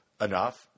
enough